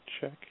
check